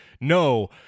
no